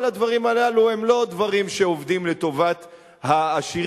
כל הדברים הללו הם לא דברים שעובדים לטובת העשירים,